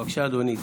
בבקשה, אדוני.